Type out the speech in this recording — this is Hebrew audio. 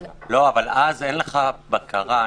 אבל אז אין לך בקרה.